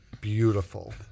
beautiful